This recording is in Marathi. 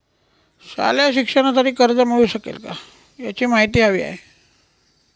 शालेय शिक्षणासाठी कर्ज मिळू शकेल काय? याची माहिती हवी आहे